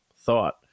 thought